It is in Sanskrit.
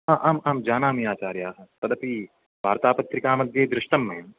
आ आम् आं जानामि आचार्य तदपि वार्तापत्रिका मध्ये दृष्टं मया